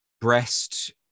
breast